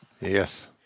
Yes